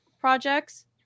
projects